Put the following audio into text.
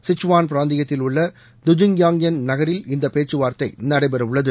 Sichuan பிராந்தியத்தில் உள்ள Dujiangyan நகரில் இந்த பேச்சுவார்த்தை நடைபெறவுள்ளது